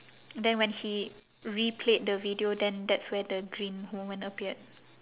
then when he replayed the video then that's where the dream woman appeared